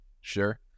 sure